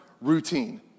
routine